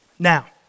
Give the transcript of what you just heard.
Now